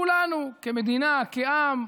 כולנו כמדינה, כעם,